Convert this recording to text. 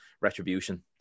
Retribution